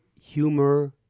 humor